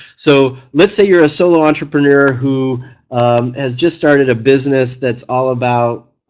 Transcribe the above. so let's say you're a solo entrepreneur who has just started a business that's all about,